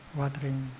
watering